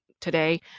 today